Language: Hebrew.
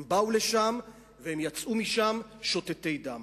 הם באו לשם והם יצאו משם שותתי דם.